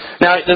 Now